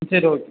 சரி ஓகே